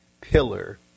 pillar